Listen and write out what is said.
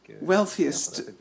wealthiest